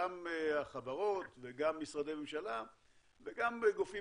גם החברות וגם משרדי ממשלה וגם גופים